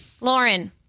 Lauren